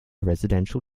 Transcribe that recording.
residential